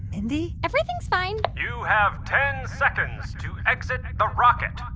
mindy? everything's fine you have ten seconds to exit but rocket.